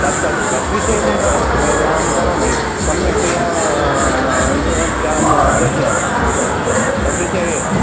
तत् तत् तद्विषये चिन्ता मास्तु तदहं करोमि सम्यक्तया इण्टेर्नेट् जालं उम् प्रेषयामि तद्विषये